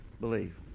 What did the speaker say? believe